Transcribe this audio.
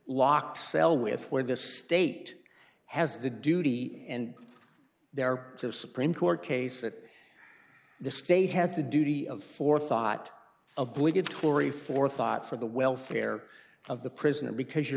locked cell with where the state has the duty and they are of supreme court case that the state has a duty of forethought obligatory forethought for the welfare of the prisoner because you're